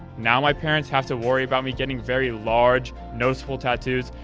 now my parents have to worry about me getting very large, noticeable tattoos,